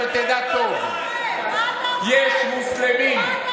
שתדע טוב: יש מוסלמים,